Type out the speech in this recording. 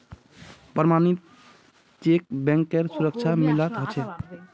प्रमणित चेकक बैंकेर सुरक्षा मिलाल ह छे